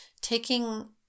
taking